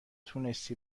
تونستی